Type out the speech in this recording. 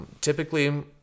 Typically